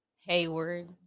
hayward